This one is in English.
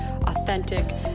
authentic